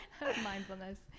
mindfulness